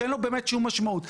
שאין לו באמת שום משמעות.